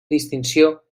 distinció